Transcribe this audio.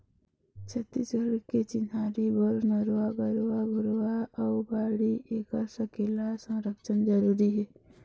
छत्तीसगढ़ के चिन्हारी बर नरूवा, गरूवा, घुरूवा अउ बाड़ी ऐखर सकेला, संरक्छन जरुरी हे